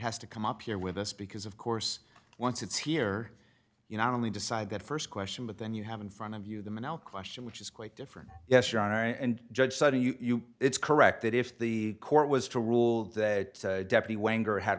has to come up here with us because of course once it's here you not only decide that first question but then you have in front of you the middle question which is quite different yes your honor and judge sudden you it's correct that if the court was to